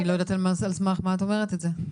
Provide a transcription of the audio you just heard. אני לא יודעת על סמך מה את אומרת את זה.